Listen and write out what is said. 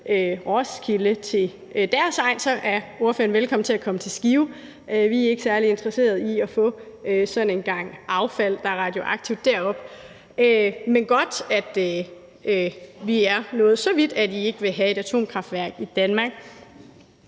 Roskilde, til deres egn, så er ordføreren velkommen til at komme til Skive. Vi er ikke særlig interesserede i at få sådan en gang affald, der er radioaktivt, deroppe. Men det er godt, at vi er nået så vidt, at I ikke vil have et atomkraftværk i Danmark.